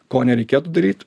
ko nereikėtų daryt